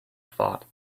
thought